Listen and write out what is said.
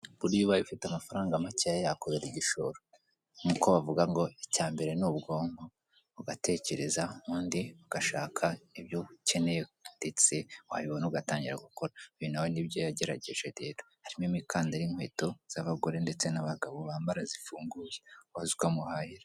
burya iyo ubaye ufite amafaranga macye yakubera igishoro nkuko bavuga ngo icyambere ni ubwonko ugatekereza ubundi ugashaka ibyo ukeneye ndetse wabibona ugatangira gukora uyu nawe nibyo yagerageze rero harimo; imikandara, inkweto z'abagore ndetse n'abagabo bambara zifunguye waza ukamuhahira.